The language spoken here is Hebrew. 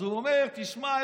אז הוא אומר: תשמע,